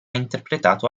interpretato